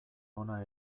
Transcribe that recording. ona